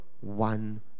one